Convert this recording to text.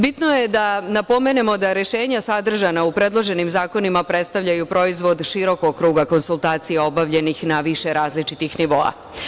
Bitno je da napomenemo da rešenja sadržana u predloženim zakonima predstavljaju proizvod širokog kruga konsultacija obavljenih na više različitih nivoa.